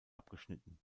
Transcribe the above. abgeschnitten